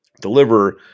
deliver